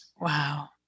Wow